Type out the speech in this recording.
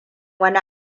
wani